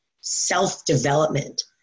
self-development